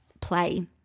play